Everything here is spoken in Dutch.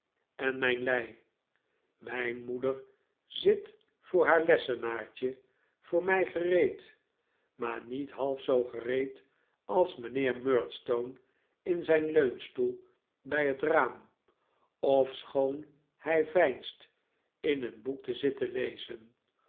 en mijn lei mijn moeder zit voor haar lessenaartje voor mij gereed maar niet half zoo gereed als mijnheer murdstone in zijn leunstoel bij het raam ofschoon hij veinst in een boek te zitten lezen